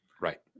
Right